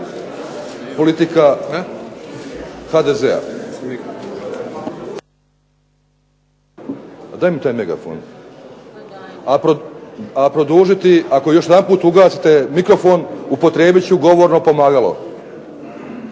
politika HDZ-a, a produžiti. Ako još jedanput ugasite mikrofon, upotrijebit ću govorno pomagalo.